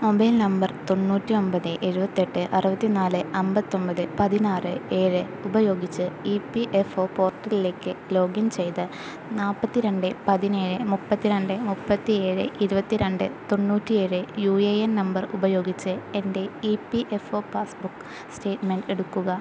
mobile number തൊണ്ണൂറ്റി ഒമ്പത് എഴുപത്തെട്ട് അറുപത്തി നാല് അമ്പത്തൊമ്പത് പതിനാറ് ഏഴ് ഉപയോഗിച്ച് ഇ പി എഫ് ഒ പോർട്ടലിലേക്ക് ലോഗിൻ ചെയ്ത് നാപ്പത്തി രണ്ട് പതിനേഴ് മുപ്പത്തിരണ്ട് മുപ്പത്തിയേഴ് ഇരുപത്തി രണ്ട് തൊണ്ണൂറ്റിയേഴ് യു എ എൻ നമ്പർ ഉപയോഗിച്ച് എൻ്റെ ഇപിഎഫ്ഒ പാസ്ബുക്ക് സ്റ്റേറ്റ്മെൻറ്റ് എടുക്കുക